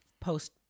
post